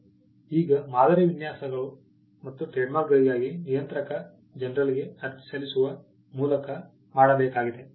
ಈಗ ಮಾದರಿ ವಿನ್ಯಾಸಗಳು ಮತ್ತು ಟ್ರೇಡ್ಮಾರ್ಕ್ಗಳಿಗಾಗಿ ನಿಯಂತ್ರಕ ಜನರಲ್ಗೆ ಅರ್ಜಿ ಸಲ್ಲಿಸುವ ಮೂಲಕ ಮಾಡಬೇಕಾಗಿದೆ